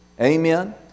Amen